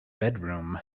bedroom